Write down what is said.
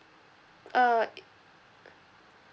uh